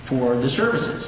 for the services